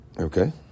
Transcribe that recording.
Okay